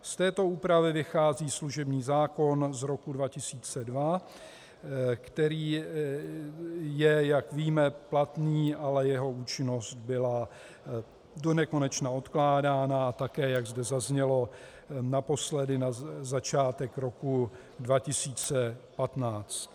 Z této úpravy vychází služební zákon z roku 2002, který je, jak víme, platný, ale jeho účinnost byla do nekonečna odkládána, a také, jak zde zaznělo, na začátek roku 2015.